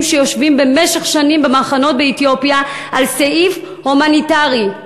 שיושבים במשך שנים במחנות באתיופיה על סעיף הומניטרי.